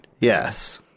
Yes